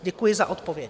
Děkuji za odpověď.